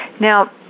Now